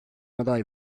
aday